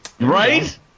Right